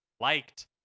liked